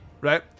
right